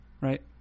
right